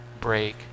break